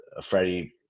Freddie